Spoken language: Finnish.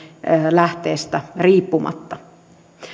lähteestä riippumatta